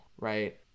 right